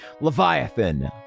Leviathan